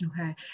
Okay